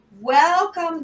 Welcome